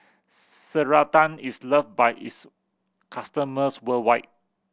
Ceradan is loved by its customers worldwide